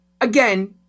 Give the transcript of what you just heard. Again